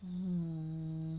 mm